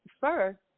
first